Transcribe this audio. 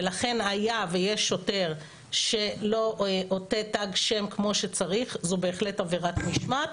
ולכן היה ויש שוטר שלא עוטה תג שם כמו שצריך זו בהחלט עבירת משמעת.